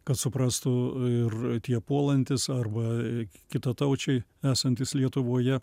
kad suprastų ir tie puolantys arba kitataučiai esantys lietuvoje